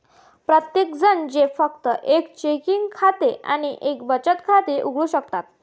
प्रत्येकजण जे फक्त एक चेकिंग खाते आणि एक बचत खाते उघडू शकतात